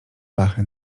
pachy